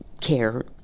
care